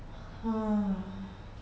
hmm